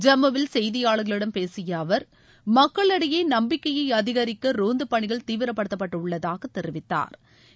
ஜம்முவில் செய்தியாளர்களிடம் பேசிய அவர் மக்களிடையே நம்பிக்கையை அதிகரிக்க ரோந்து பணிகள் தீவிரப்படுத்தப்பட்டுள்ளதாக தெரிவித்தாா்